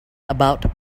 about